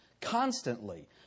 constantly